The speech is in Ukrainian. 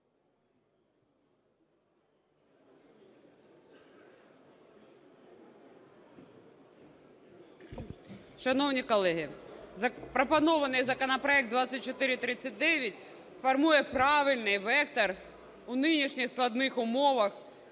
Шановні колеги, пропонований законопроект 2439 формує правильний вектор у нинішніх складних умовах,